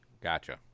Gotcha